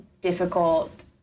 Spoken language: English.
difficult